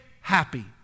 happy